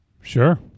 Sure